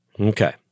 Okay